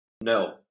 No